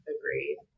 Agreed